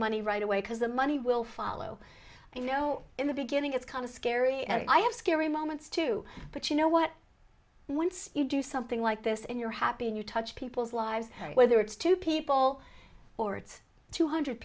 money right away because the money will follow and you know in the beginning it's kind of scary and i have scary moments too but you know what once you do something like this in your happy and you touch people's lives whether it's two people or it's two hundred